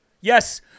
yes